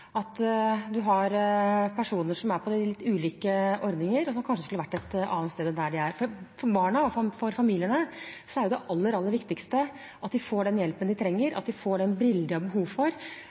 at en har personer som er på litt ulike ordninger, og som kanskje skulle vært et annet sted enn der de er. For barna og for familiene er jo det aller, aller viktigste at de får den hjelpen de trenger, at de får den brillen de har behov for,